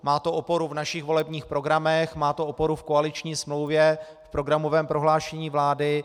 Má to oporu v našich volebních programech, má to oporu v koaliční smlouvě, v programovém prohlášení vlády.